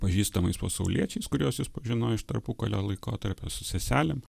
pažįstamais pasauliečiais kuriuos jis pažinojo iš tarpukario laikotarpio su seselėm